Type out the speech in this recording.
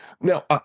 Now